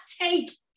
take